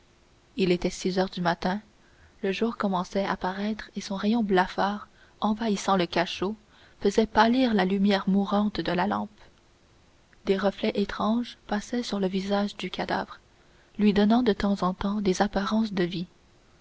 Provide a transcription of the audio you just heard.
il était six heures du matin le jour commençait à paraître et son rayon blafard envahissant le cachot faisait pâlir la lumière mourante de la lampe des reflets étranges passaient sur le visage du cadavre lui donnant de temps en temps des apparences de vie